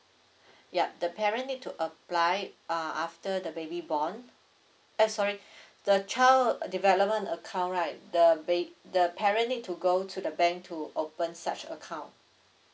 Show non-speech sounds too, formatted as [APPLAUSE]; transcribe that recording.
yup the parent need to apply uh after the baby born uh sorry [BREATH] the child development account right the ba~ the parent need to go to the bank to open such account